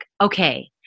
okay